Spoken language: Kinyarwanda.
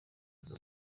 aza